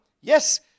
Yes